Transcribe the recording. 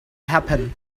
happen